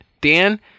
Dan